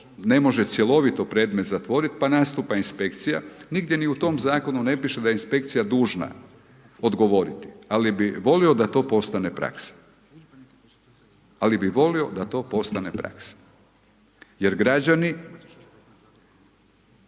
ne može cjelovito predmet zatvorit pa nastupa inspekcija, nigdje ni u tom zakonu ne piše da je inspekcija dužna odgovorit, ali bi volio da to postane praksa, ali bi volio da to postane praksa, jer građani